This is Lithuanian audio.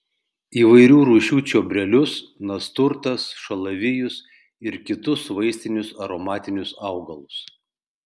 įvairių rūšių čiobrelius nasturtas šalavijus ir kitus vaistinius aromatinius augalus